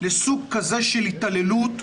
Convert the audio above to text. לסוג כזה של התעללות,